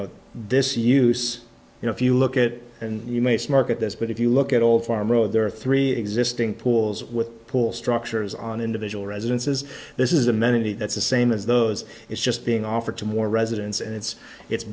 know this use you know if you look at it and you may smirk at this but if you look at all farm road there are three existing pools with pool structures on individual residences this is amenity that's the same as those it's just being offered to more residents and it's it's